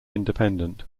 independent